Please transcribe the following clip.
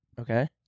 okay